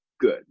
good